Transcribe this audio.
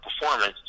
performance